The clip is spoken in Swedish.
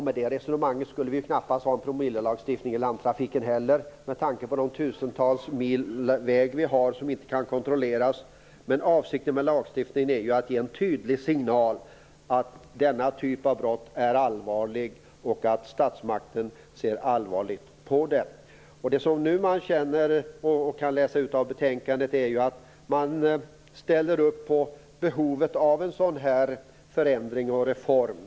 Med det resonemanget skulle vi knappast ha en promillelagstiftning i landtrafiken heller med tanke på de tusentals mil vägar vi har som inte kan kontrolleras. Men avsikten med lagstiftningen är ju att ge en tydligt signal att denna typ av brott är allvarligt och att statsmakten ser allvarligt på det. Nu kan det utläsas av betänkandet att man ställer upp på behovet av en förändring och reform.